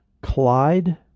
Clyde